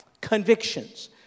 convictions